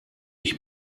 ich